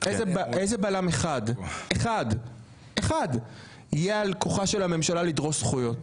איזה בלם אחד יהיה על כוחה של הממשלה לדרוס זכויות?